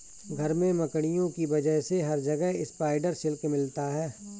घर में मकड़ियों की वजह से हर जगह स्पाइडर सिल्क मिलता है